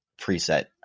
preset